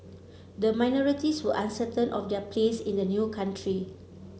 the minorities were uncertain of their place in the new country